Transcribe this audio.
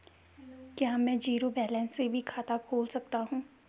क्या में zero balance से भी खाता खोल सकता हूँ?